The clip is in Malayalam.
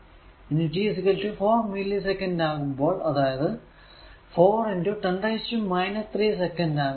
ഇനി t 4 മില്ലി സെക്കന്റ് ആകുമ്പോൾ അതായതു 4 10 3 സെക്കന്റ് ആകുമ്പോൾ